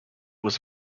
was